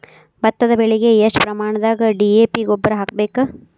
ಭತ್ತದ ಬೆಳಿಗೆ ಎಷ್ಟ ಪ್ರಮಾಣದಾಗ ಡಿ.ಎ.ಪಿ ಗೊಬ್ಬರ ಹಾಕ್ಬೇಕ?